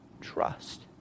trust